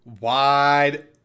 Wide